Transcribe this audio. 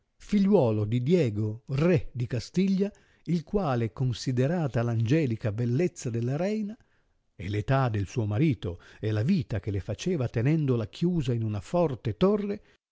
figliuolo di diego re di castiglia il quale considerata r angelica bellezza della reina e l età del suo marito e la vita che le faceva tenendola chiusa in una forte torre